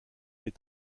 des